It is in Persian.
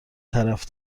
طرف